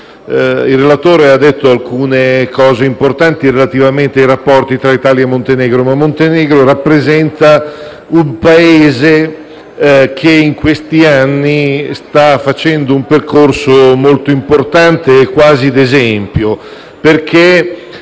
Il relatore ha detto alcune cose importanti relativamente ai rapporti tra Italia e Montenegro, un Paese che in questi anni sta compiendo un percorso molto importante e quasi d'esempio perché,